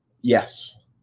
Yes